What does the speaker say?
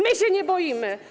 My się nie boimy.